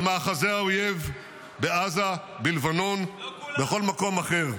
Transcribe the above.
על מאחזי האויב בעזה, בלבנון, בכל מקום אחר.